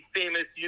famous